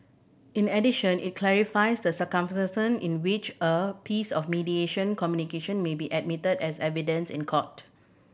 in addition it clarifies the circumstance in which a piece of mediation communication may be admitted as evidence in court